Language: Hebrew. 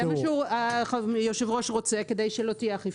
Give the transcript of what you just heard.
זה מה שהיושב-ראש רוצה כדי שלא תהיה אכיפה.